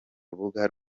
rubuga